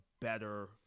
better